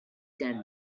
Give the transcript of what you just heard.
can